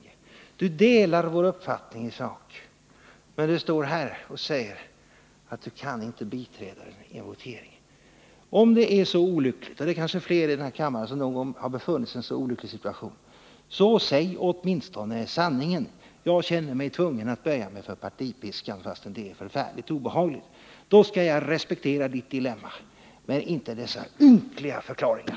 Olle Wästberg delar vår uppfattning isak, men han står här och säger att han inte kan biträda den vid voteringen. Om det är så olyckligt — det är kanske fler i denna kammare som någon gång har befunnit sig i en så olycklig situation — så skall han åtminstone säga sanningen: Jag känner mig tvungen att böja mig för partipiskan fastän det är förfärligt obehagligt. Då skall jag respektera hans dilemma — men inte dessa ynkliga förklaringar.